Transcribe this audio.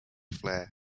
flair